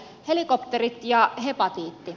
helikopterit ja hepatiitti